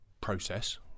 Process